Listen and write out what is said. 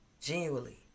genuinely